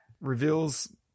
reveals